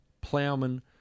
Ploughman